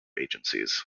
agencies